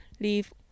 Leave